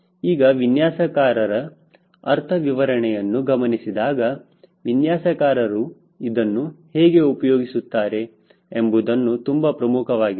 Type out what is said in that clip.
ಈಗ ವಿನ್ಯಾಸಕಾರರ ಅರ್ಥವಿವರಣೆಯನ್ನು ಗಮನಿಸಿದಾಗ ವಿನ್ಯಾಸಕಾರರು ಇದನ್ನು ಹೇಗೆ ಉಪಯೋಗಿಸುತ್ತಾರೆ ಎಂಬುದು ತುಂಬಾ ಪ್ರಮುಖವಾಗಿದೆ